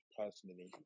personally